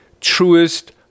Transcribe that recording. truest